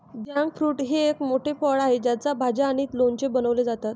jackfruit हे एक मोठे फळ आहे ज्याच्या भाज्या आणि लोणचे बनवले जातात